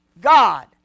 God